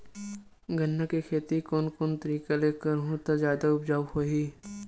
गन्ना के खेती कोन कोन तरीका ले करहु त जादा उपजाऊ होही?